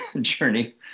journey